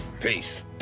Peace